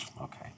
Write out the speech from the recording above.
Okay